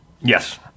Yes